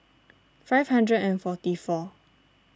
five hundred and forty four